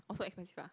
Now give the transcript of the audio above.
also expensive ah